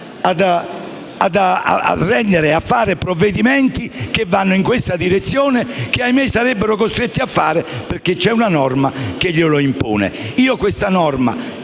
difficoltà a fare provvedimenti che vanno in questa direzione e che - ahimè - saranno costretti a fare, perché c'è una norma che glielo impone. Io questa norma